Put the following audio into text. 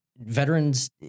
veterans